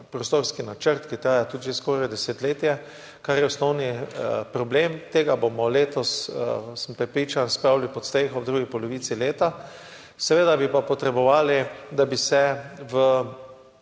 prostorski načrt, ki traja tudi že skoraj desetletje, kar je osnovni problem. Tega bomo letos, sem prepričan, spravili pod streho v drugi polovici leta. Seveda pa bi bilo potrebno, da bi se v